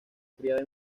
criada